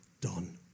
done